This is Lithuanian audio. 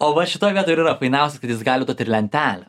o va šitoj vietoj ir yra fainiausia kad jis gali duot ir lentelę